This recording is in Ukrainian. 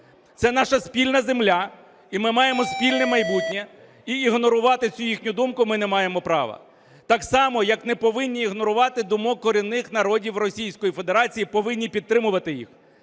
Це наша спільна земля і ми маємо спільне майбутнє, і ігнорувати цю їхню думку ми не маємо права. Так само, як не повинні ігнорувати думок корінних народів Російської Федерації, повинні підтримувати їх.